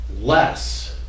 less